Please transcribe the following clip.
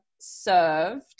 served